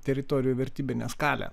teritorijų vertybinę skalę